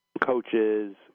coaches